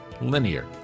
Linear